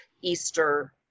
Easter